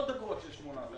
500 מתוך 2,500